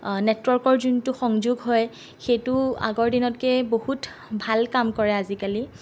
নেটৱৰ্কৰ যোনটো সংযোগ হয় সেইটো আগৰ দিনতকৈ বহুত ভাল কাম কৰে আজিকালি